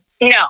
No